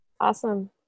awesome